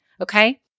Okay